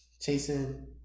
chasing